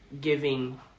giving